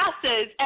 classes